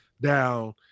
down